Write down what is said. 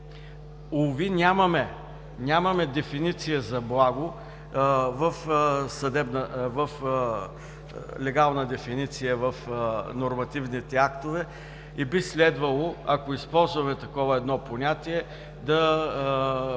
Уви, нямаме дефиниция за благо в легална дефиниция, в нормативните актове, и би следвало, ако използваме такова едно понятие, да пристъпим